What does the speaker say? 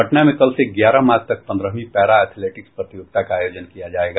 पटना में कल से ग्यारह मार्च तक पन्द्रहवीं पैरा एथलेटिक्स प्रतियोगिता का आयोजन किया जायेगा